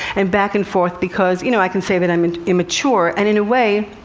and back and forth, because, you know, i can say that i'm and immature, and in a way,